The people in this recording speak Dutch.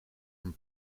een